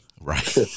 Right